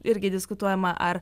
irgi diskutuojama ar